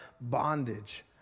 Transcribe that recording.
bondage